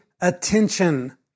attention